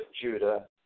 Judah